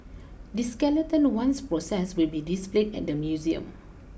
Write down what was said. the skeleton once processed will be displayed at the museum